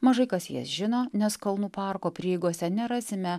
mažai kas jas žino nes kalnų parko prieigose nerasime